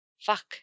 Fuck